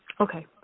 Okay